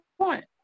point